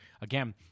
Again